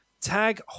Tag